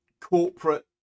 corporate